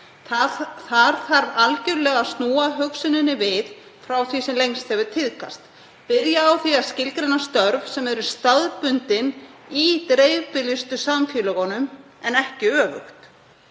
Það þarf algerlega að snúa hugsuninni við frá því sem lengst hefur tíðkast, byrja á því að skilgreina störf sem eru staðbundin í dreifbýlustu samfélögunum en ekki öfugt,